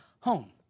home